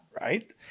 right